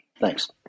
Thanks